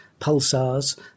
pulsars